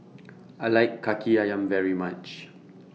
I like Kaki Ayam very much